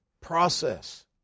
process